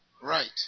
Right